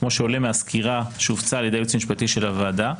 כמו שעולה מהסקירה שהופצה על ידי הייעוץ המשפטי של הוועדה,